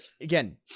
Again